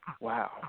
Wow